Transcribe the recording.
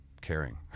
caring